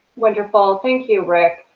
wonderful. thank you, rick.